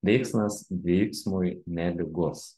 veiksmas veiksmui nelygus